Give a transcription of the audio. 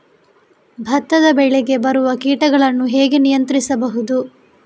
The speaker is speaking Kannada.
ಭತ್ತದ ಬೆಳೆಗೆ ಬರುವ ಕೀಟಗಳನ್ನು ಹೇಗೆ ನಿಯಂತ್ರಿಸಬಹುದು?